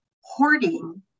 Hoarding